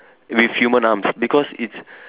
with human arms because it's